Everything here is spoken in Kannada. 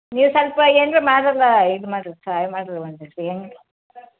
ನೀವು ಸ್ವಲ್ಪ ಏನಾರ ಮಾಡಿರಲ್ಲ ಇದು ಮಾಡಿರಿ ಸಹಾಯ ಮಾಡ್ರಿ ಒಂದು ದಿವ್ಸ ಏನು